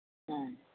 ம்